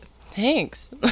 Thanks